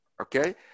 Okay